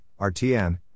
RTN